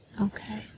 Okay